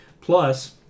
Plus